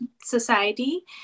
society